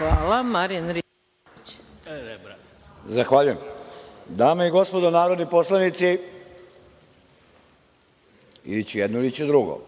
**Marijan Rističević** Zahvaljujem. Dame i gospodo narodni poslanici, ili će jedno, ili će drugo,